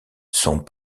sont